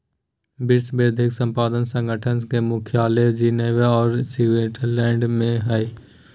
विश्व बौद्धिक संपदा संगठन के मुख्यालय जिनेवा औरो स्विटजरलैंड में हइ